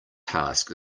task